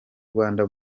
rwanda